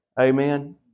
Amen